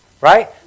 Right